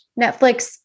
Netflix